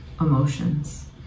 emotions